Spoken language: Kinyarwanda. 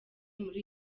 muri